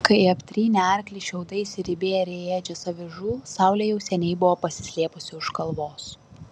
kai aptrynė arklį šiaudais ir įbėrė į ėdžias avižų saulė jau seniai buvo pasislėpusi už kalvos